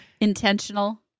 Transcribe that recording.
Intentional